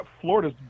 Florida's